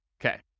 Okay